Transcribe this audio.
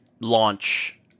launch